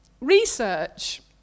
research